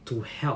to help